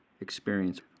experience